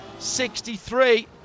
63